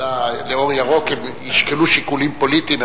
ל"אור ירוק" ישקלו שיקולים פוליטיים.